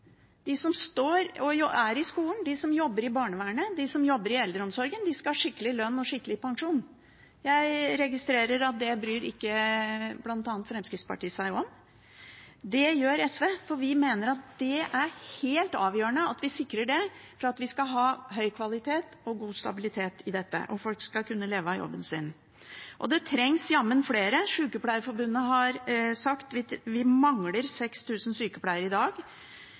de som gjør jobben, de som jobber i skolen, de som jobber i barnevernet, de som jobber i eldreomsorgen, skal ha skikkelig lønn og skikkelig pensjon. Jeg registrerer at det bryr ikke bl.a. Fremskrittspartiet seg om. Men det gjør SV, for vi mener det er helt avgjørende å sikre det for at vi skal høy kvalitet og god stabilitet i dette, og at folk skal kunne leve av jobben sin. Og det trengs flere folk. Sykepleierforbundet har sagt at vi mangler 6 000 sykepleiere i dag.